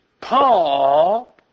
Paul